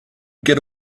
get